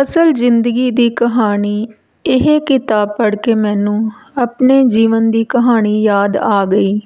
ਅਸਲ ਜ਼ਿੰਦਗੀ ਦੀ ਕਹਾਣੀ ਇਹ ਕਿਤਾਬ ਪੜ੍ਹ ਕੇ ਮੈਨੂੰ ਆਪਣੇ ਜੀਵਨ ਦੀ ਕਹਾਣੀ ਯਾਦ ਆ ਗਈ